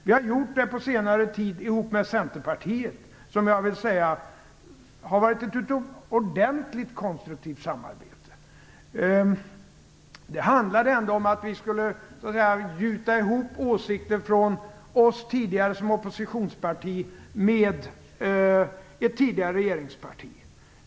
På senare tid har vi samarbetat med Centerpartiet på ett utomordentligt konstruktivt sätt. Det handlade ändå om att vi skulle gjuta ihop åsikter från oss tidigare som oppositionsparti med ett tidigare regeringsparti.